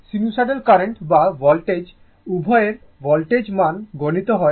sinusoidal current বা voltage উভয়ের average মান গুণিত হয় 0637 দিয়ে